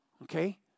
Okay